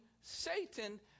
Satan